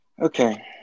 Okay